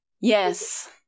Yes